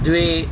द्वे